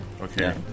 Okay